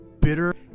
bitter